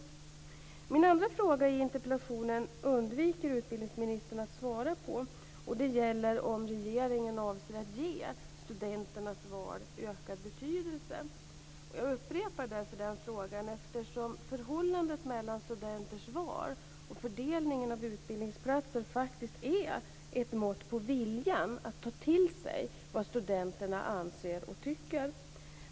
Min andra fråga i interpellationen undviker utbildningsministern att svara på. Den gäller om regeringen avser att ge studenternas val ökad betydelse. Jag upprepar därför frågan eftersom förhållandet mellan studenters val och fördelningen av utbildningsplatser faktiskt är ett mått på viljan att ta till sig vad studenterna anser och tycker.